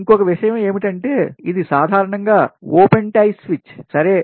ఇంకొక విషయం ఏమిటంటే ఇది సాధారణంగా ఓపెన్ టై స్విచ్ సరే